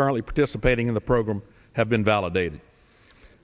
currently participating in the program have been validated